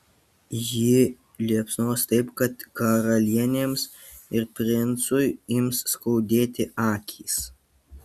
ji liepsnos taip kad karalienėms ir princui ims skaudėti akys